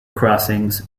crossings